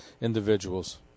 individuals